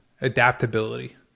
adaptability